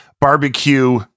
barbecue